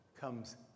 comes